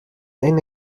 عین